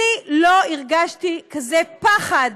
לא הרגשתי כזה פחד